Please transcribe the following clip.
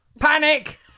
Panic